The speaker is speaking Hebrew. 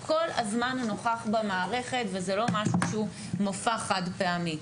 כל הזמן זה נוכח במערכת וזה לא משהו שהוא מופע חד פעמי.